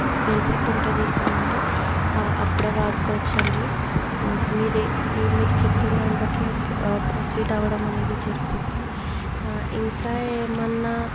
benefit ఉంటుంది అనంటే అప్పుడే వాడుకోవచ్చండి మీరే ఏమి మీరు చెప్పిన్ దాన్ని బట్టి నేను ప్రొసీడ్ అవ్వడం అనేది జరుగుద్ది ఇంకా ఏమన్నా